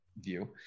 view